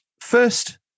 First